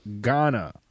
Ghana